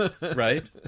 right